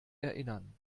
erinnern